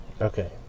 Okay